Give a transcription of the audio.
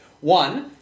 one